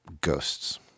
ghosts